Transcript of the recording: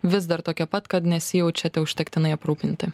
vis dar tokia pat kad nesijaučiate užtektinai aprūpinti